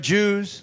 Jews